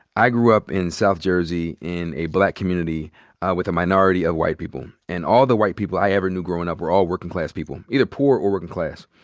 i grew up in south jersey in a black community with a minority of white people. and all the white people i ever knew growin' up were all working class people, either poor or working class.